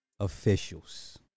Officials